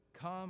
come